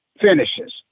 finishes